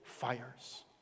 fires